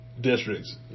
districts